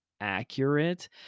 accurate